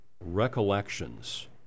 recollections